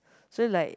so like